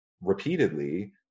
repeatedly